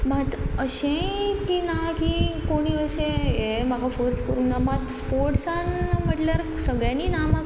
मात अशें की ना की कोणी अशें हें म्हाका फोर्स करूंक ना मात स्पोर्ट्सान म्हटल्यार सगळ्यांनी ना म्हाका